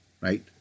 right